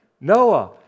Noah